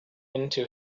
into